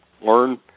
Learn